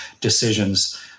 decisions